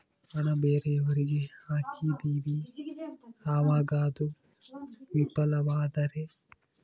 ಹಣ ಬೇರೆಯವರಿಗೆ ಹಾಕಿದಿವಿ ಅವಾಗ ಅದು ವಿಫಲವಾದರೆ?